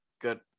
Good